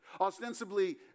Ostensibly